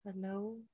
hello